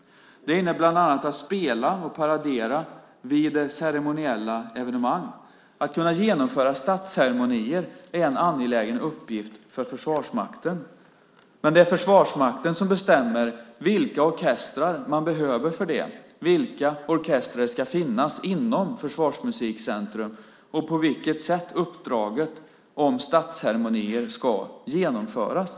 Det innebär bland annat att spela och paradera vid ceremoniella evenemang. Att kunna genomföra statsceremonier är en angelägen uppgift för Försvarsmakten, men det är Försvarsmakten som bestämmer vilka orkestrar man behöver för det, vilka orkestrar som ska finnas inom Försvarsmusikcentrum och på vilket sätt uppdraget om statsceremonier ska genomföras.